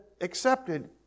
accepted